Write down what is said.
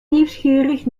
nieuwsgierig